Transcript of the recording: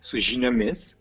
su žiniomis